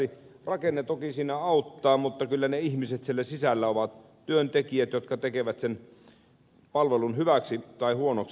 rakenne toki siinä auttaa mutta kyllä ihmiset siellä sisällä ovat ne työntekijät jotka tekevät sen palvelun hyväksi tai huonoksi